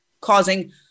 causing